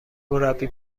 مربی